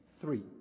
Three